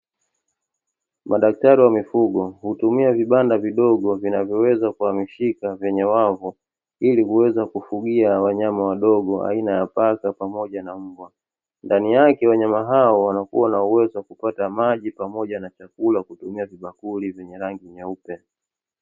Madaktari wa mifugo, hutumia vibanda vidogo vinavyoweza kuhamishika vyenye wavu, ili kuweza kufugia wanyama wadogo aina ya paka pamoja na mbwa. Ndani yake, wanyama hawa wanakuwa na uwezo wa kupata maji pamoja na chakula, kutumia vibakuli vyenye rangi nyeupe.